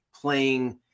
playing